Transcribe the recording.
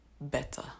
better